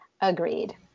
agreed